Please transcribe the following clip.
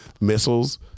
missiles